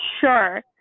sure